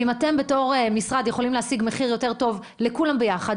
אם אתם בתור משרד יכולים להשיג מחיר יותר טוב לכולם ביחד,